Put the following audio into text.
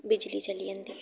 बिजली चली जंदी